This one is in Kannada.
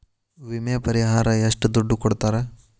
ವಿಮೆ ಪರಿಹಾರ ಎಷ್ಟ ದುಡ್ಡ ಕೊಡ್ತಾರ?